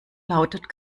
lautet